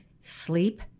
sleep